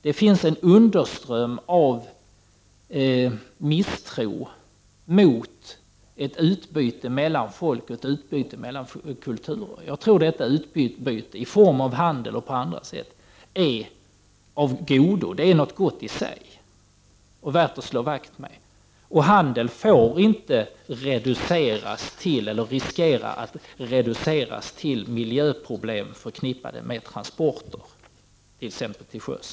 Det finns en underström av misstro mot ett utbyte mellan folk och ett utbyte mellan kulturer. Jag tror att detta utbyte i form av handel och på andra sätt är av godo. Det är något gott i sig och värt att slå vakt om. Handeln får inte reduceras till eller riskera att reduceras till miljöproblem förknippade med transporter, t.ex. till sjöss.